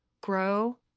grow